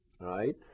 right